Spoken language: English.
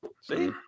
See